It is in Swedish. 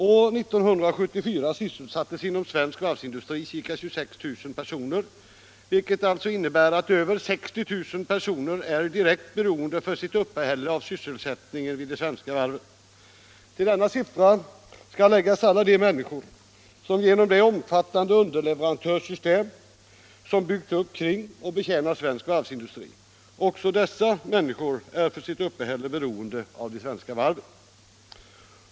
År 1974 sysselsattes inom svensk varvsindustri ca 26 000 personer, vilket alltså innebär att över 60 000 personer är direkt beroende för sitt uppehälle av sysselsättningen vid de svenska varven. Till denna siffra skall läggas att alla de människor som genom det omfattande underleverantörssystem som byggts upp kring och betjänar svensk varvsindustri också de är för sitt uppehälle beroende av de svenska varven.